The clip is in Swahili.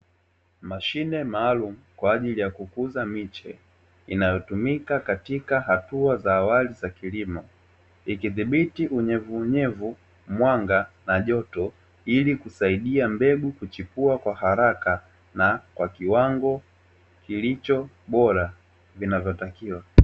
Mashine maalumu kwa ajili ya kukuza miche inayotumika katika hatua za awali za kilimo ikidhibiti unyevuunyevu, mwanga na joto. Ili kusaidia mbegu kuchipua kwa haraka, na kwa kiwango kilicho bora vinavotakiwa.